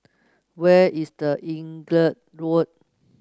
where is The Inglewood